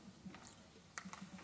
כבוד השרה,